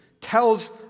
tells